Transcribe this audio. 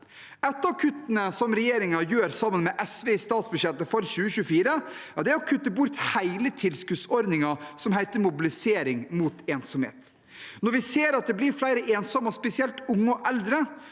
Et av kuttene som regjeringen gjør sammen med SV i statsbudsjettet for 2024, er å kutte hele tilskuddsordningen som heter «Mobilisering mot ensomhet». Når vi ser at det blir flere ensomme, og spesielt blant de